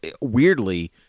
weirdly